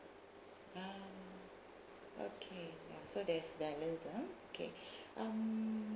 ah okay so ya there's balance ah okay um